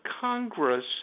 Congress